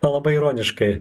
labai ironiškai